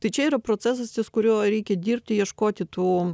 tai čia yra procesas ties kuriuo reikia dirbti ieškoti tų